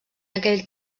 aquell